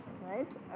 right